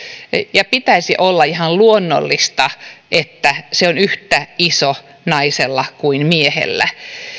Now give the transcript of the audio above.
ja pitäisi olla ihan luonnollista että ne ovat yhtä isoja naisella kuin miehellä